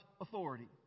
authority